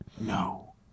No